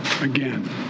again